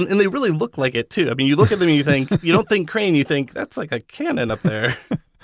and and they really look like it too. but you look at them and you think, you don't think crane, you think, that's like a cannon up there.